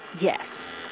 Yes